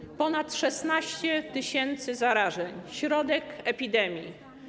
Mamy ponad 16 tys. zarażeń, środek epidemii.